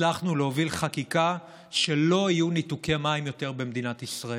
הצלחנו להוביל חקיקה שלא יהיו ניתוקי מים יותר במדינת ישראל.